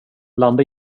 blanda